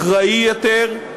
אחראי יותר,